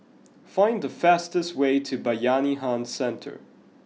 find the fastest way to Bayanihan Centre